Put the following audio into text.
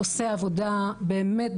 עושה עבודה באמת,